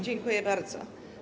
Dziękuję bardzo.